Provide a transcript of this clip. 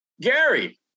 Gary